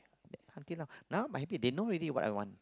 okay lah now my bit they know already what I want